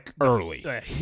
early